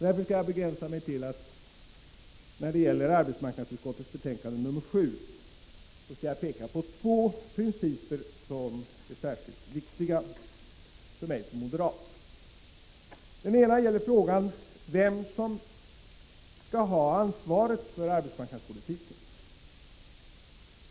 Jag skall därför begränsa mig till att när det gäller arbetsmarknadsutskottets betänkande nr 7 peka på två principer som är särskilt viktiga för mig som moderat. Den ena gäller frågan vem som skall ha ansvaret för arbetsmarknadspolitiken.